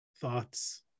thoughts